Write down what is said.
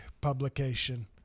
publication